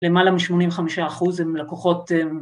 למעלה משמונים חמישה אחוז הם לקוחות